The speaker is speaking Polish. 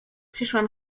przyszłam